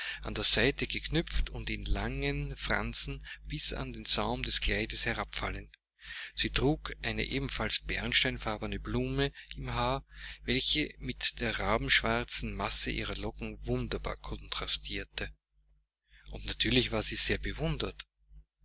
an der seite geknüpft und in langen fransen bis an den saum des kleides herabfallend sie trug eine ebenfalls bernsteinfarbene blume im haar welche mit der rabenschwarzen masse ihrer locken wunderbar kontrastierte und natürlich war sie sehr bewundert